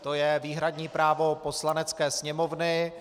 To je výhradní právo Poslanecké sněmovny.